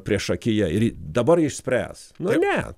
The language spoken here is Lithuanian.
priešakyje ir dabar išspręs nu ne